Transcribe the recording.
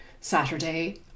Saturday